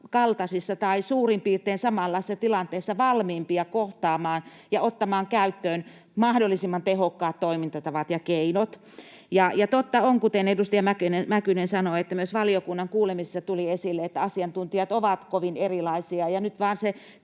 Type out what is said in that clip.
vastaavankaltaisissa tai suurin piirtein samanlaisissa tilanteissa valmiimpia ne kohtaamaan ja ottamaan käyttöön mahdollisimman tehokkaat toimintatavat ja keinot. Totta on, kuten edustaja Mäkynen sanoi, että myös valiokunnan kuulemisessa tuli esille, että asiantuntijat ovat kovin erilaisia, ja nyt vain se